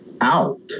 out